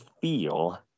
feel